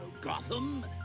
Gotham